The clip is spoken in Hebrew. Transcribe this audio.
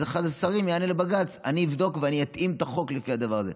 ואחד השרים יענה לבג"ץ: אני אבדוק ואני אתאים את החוק לפי הדבר הזה.